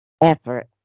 effort